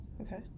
Okay